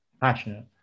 passionate